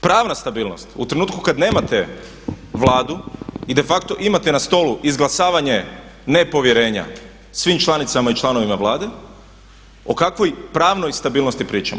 Pravna stabilnost u trenutku kad nemate Vladu i de facto imate na stolu izglasavanje nepovjerenja svim članicama i članovima Vlade o kakvoj pravnoj stabilnosti pričamo?